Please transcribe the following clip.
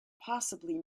possibly